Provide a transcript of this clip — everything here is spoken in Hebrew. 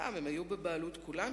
פעם הן היו בבעלות כולנו,